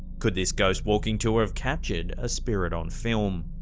could this ghost walking tour have captured a spirit on film?